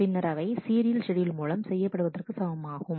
பின்னர் அவை serial schedule மூலம் செய்யப்படுவதற்கு சமமாகும்